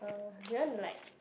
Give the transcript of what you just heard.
uh do you want to like